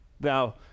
Now